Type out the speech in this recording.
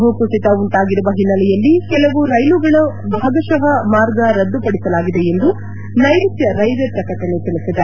ಭೂಕುಸಿತ ಉಂಟಾಗಿರುವ ಹಿನ್ನೆಲೆಯಲ್ಲಿ ಕೆಲವು ರೈಲುಗಳ ಭಾಗಶಃ ಮಾರ್ಗ ರದ್ದುಪಡಿಸಲಾಗಿದೆ ಎಂದು ನೈಋತ್ಯ ರೈಲ್ವೆ ಪ್ರಕಟಣೆ ತಿಳಿಸಿದೆ